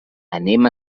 anem